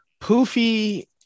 poofy